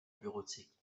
bureautique